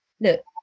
look